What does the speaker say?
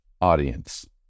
audience